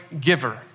giver